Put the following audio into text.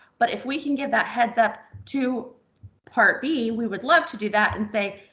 but if we can give that heads up to part b, we would love to do that and say,